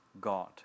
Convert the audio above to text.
God